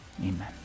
Amen